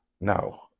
no